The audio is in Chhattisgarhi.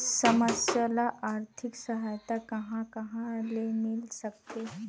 समस्या ल आर्थिक सहायता कहां कहा ले मिल सकथे?